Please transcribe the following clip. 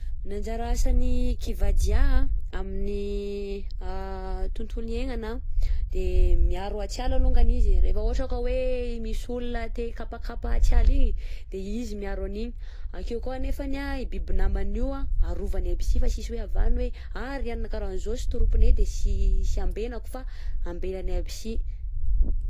Ny anjara asan'ny kivà dià amin'ny tontolo iegnana de miaro atiala alongany izy rehefa ohatra ka hoe misy olo te hikapakapa atiala igny de izy miaro an'igny, akeo koà nefany a biby naman'io an arovany aby sy fa tsisy hoe havahan'ny hoe a i rianina karan'zao tsy troupe-ne de tsy tsy ambenako fa ambenany aby sy.